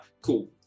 cool